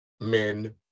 men